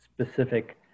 specific